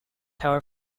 tower